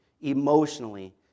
emotionally